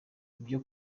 ibyo